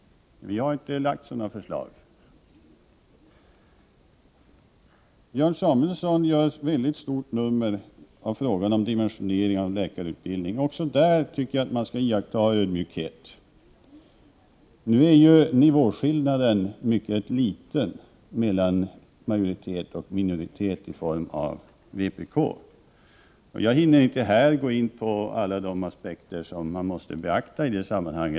Vi har inte lagt sådana förslag. Björn Samuelson gör ett väldigt stort nummer av frågan om dimensioneringen av läkarutbildningen. Också där tycker jag att man skall visa ödmjukhet. Nivåskillnaden är ju mycket liten mellan majoritet och minoritet — det är vpk som utgör minoriteten. Jag hinner inte här gå in på alla aspekter som måste beaktas i detta sammanhang.